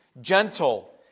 gentle